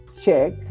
check